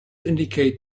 indicate